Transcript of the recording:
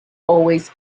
always